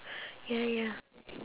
ya ya